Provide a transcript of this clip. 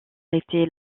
été